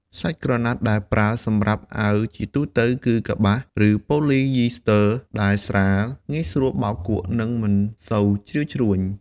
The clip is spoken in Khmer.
សាច់ក្រណាត់ដែលប្រើសម្រាប់អាវជាទូទៅគឺ កប្បាស ឬប៉ូលីយីស្ទ័រ ដែលស្រាល ងាយស្រួលបោកគក់ និងមិនសូវជ្រីវជ្រួញ។